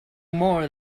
more